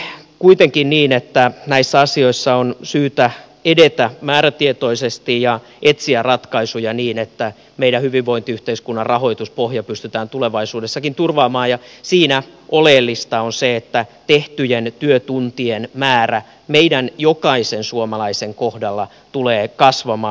itse näen kuitenkin niin että näissä asioissa on syytä edetä määrätietoisesti ja etsiä ratkaisuja niin että meidän hyvinvointiyhteiskuntamme rahoituspohja pystytään tulevaisuudessakin turvaamaan ja siinä oleellista on se että tehtyjen työtuntien määrä meidän jokaisen suomalaisen kohdalla tulee kasvamaan